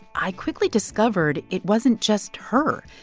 i quickly discovered it wasn't just her.